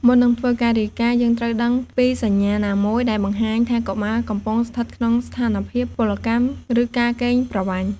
មុននឹងធ្វើការរាយការណ៍ យើងត្រូវដឹងពីសញ្ញាណាមួយដែលបង្ហាញថាកុមារកំពុងស្ថិតក្នុងស្ថានភាពពលកម្ម ឬការកេងប្រវ័ញ្ច។